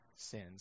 sins